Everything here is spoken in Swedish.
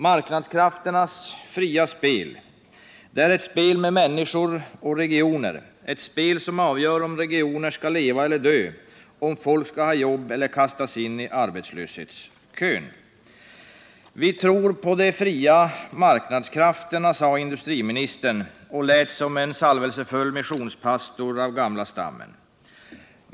Marknadskrafternas fria spel är ett spel med människor och regioner, ett spel som avgör om regioner skall leva eller dö, om folk skall få jobb eller kastas in i arbetslöshetskön. Vi tror på de fria marknadskrafterna, sade industriministern och lät som en salvelsefull missionspastor av gamla stammen.